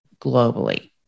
globally